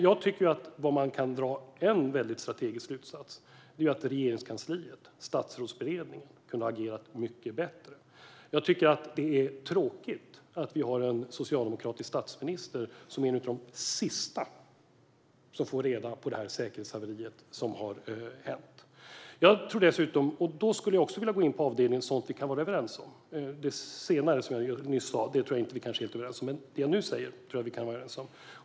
Jag tycker att en väldigt strategisk slutsats som kan dras är att Regeringskansliet och Statsrådsberedningen kunde ha agerat mycket bättre. Jag tycker att det är tråkigt att vår socialdemokratiske statsminister var en av de sista som fick reda på det säkerhetshaveri som har inträffat. Jag skulle även vilja gå in på avdelningen för sådant vi kan vara överens om. Det jag nyss sa tror jag kanske inte att vi är överens om, men det jag nu ska säga tror jag att vi kan vara överens om.